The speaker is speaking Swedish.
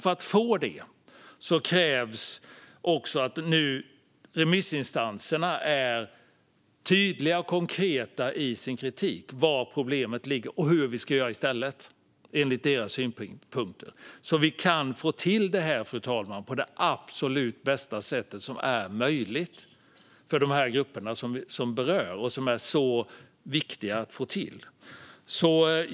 För att få det krävs också att remissinstanserna nu är tydliga och konkreta i sin kritik med var problemet ligger och hur vi enligt dem ska göra i stället så att vi kan få till detta, fru talman, på det absolut bästa sätt som är möjligt för de grupper som berörs.